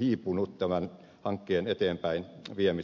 hiipunut tämän hankkeen eteenpäinviemisessä